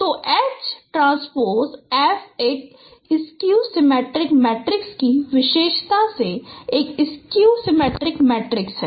तो H transpose F एक skew symmetric matrix की विशेषता से एक स्किव सिमेट्रिक मैट्रिक्स है